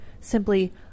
simply